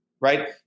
right